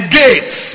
gates